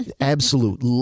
absolute